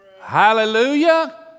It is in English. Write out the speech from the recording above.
Hallelujah